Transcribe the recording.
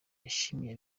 yashimiye